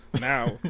now